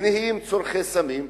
צורכי סמים,